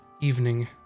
evening